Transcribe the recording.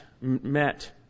met